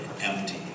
empty